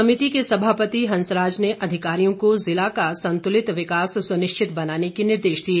समिति के सभापति हंसराज ने अधिकारियों को जिला का संतुलित विकास सुनिश्चित बनाने के निर्देश दिए